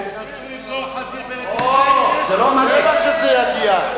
למכור חזיר בארץ-ישראל, זה מה שזה יגיע.